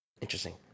Interesting